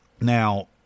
Now